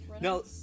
No